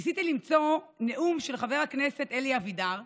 ניסיתי למצוא נאום של חבר הכנסת אלי אבידר,